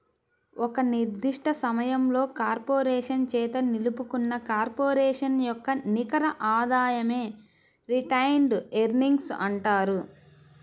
ఒక నిర్దిష్ట సమయంలో కార్పొరేషన్ చేత నిలుపుకున్న కార్పొరేషన్ యొక్క నికర ఆదాయమే రిటైన్డ్ ఎర్నింగ్స్ అంటారు